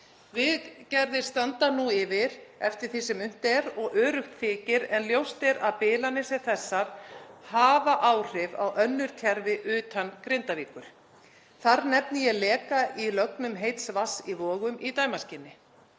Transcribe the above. Viðgerðir standa nú yfir eftir því sem unnt er og öruggt þykir en ljóst er að bilanir sem þessar hafa áhrif á önnur kerfi utan Grindavíkur. Þar nefni ég leka í lögnum heits vatns í Vogum í dæmaskyni.